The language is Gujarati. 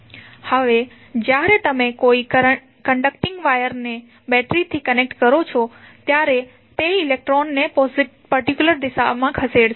હવે જ્યારે તમે કોઈ કન્ડીટીંગ વાયર ને બેટરીથી કનેક્ટ કરો છો ત્યારે તે ઇલેક્ટ્રોનને પર્ટિક્યુલર દિશામાં ખસેડશે